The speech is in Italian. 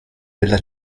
della